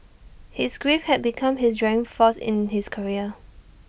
his grief had become his driving force in his career